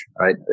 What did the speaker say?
right